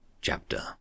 chapter